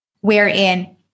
wherein